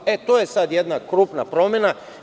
To je sad jedna krupna promena.